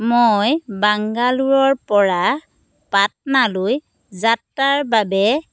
মই বাংগালোৰৰ পৰা পাটনালৈ যাত্ৰাৰ বাবে